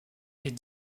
est